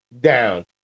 down